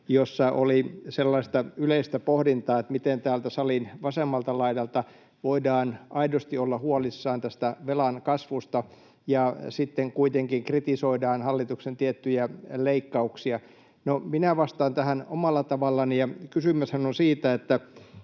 sellaista yleistä pohdintaa, että miten täältä salin vasemmalta laidalta voidaan aidosti olla huolissaan tästä velan kasvusta, kun sitten kuitenkin kritisoidaan hallituksen tiettyjä leikkauksia. No, minä vastaan tähän omalla tavallani. Kysymyshän on siitä,